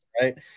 right